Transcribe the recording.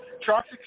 trucks